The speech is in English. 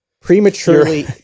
prematurely